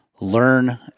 learn